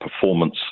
performance